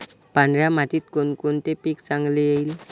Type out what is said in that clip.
पांढऱ्या मातीत कोणकोणते पीक चांगले येईल?